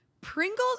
Pringles